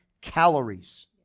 calories